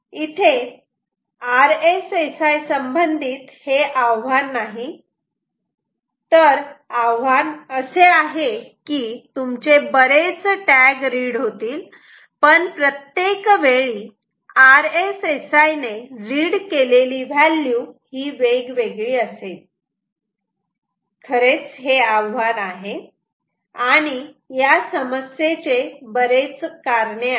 इथे RSSI संबंधित हे आव्हान नाही तर आव्हान असे आहे की तुमचे बरेच टॅग रीड होतील पण प्रत्येक वेळी RSSI ने रीड केलेली व्हॅल्यू ही वेगवेगळी असेल खरेच हे आव्हान आहे आणि या समस्येचे बरेच कारणे आहेत